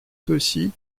saulcy